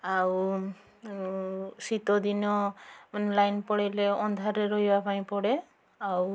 ଆଉ ଶୀତଦିନ ମାନେ ଲାଇନ୍ ପଳାଇଲେ ଅନ୍ଧାରରେ ରହିବା ପାଇଁ ପଡ଼େ ଆଉ